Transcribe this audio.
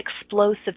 explosive